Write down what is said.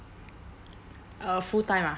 uh full time ah